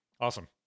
Awesome